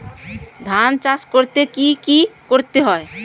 ধান চাষ করতে কি কি করতে হয়?